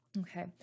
Okay